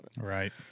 Right